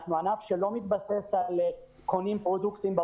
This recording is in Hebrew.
אנחנו ענף שלא מתבסס על פרודוקטים שקונים